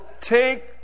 take